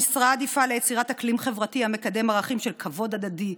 המשרד יפעל ליצירת אקלים חברתי המקדם ערכים של כבוד הדדי,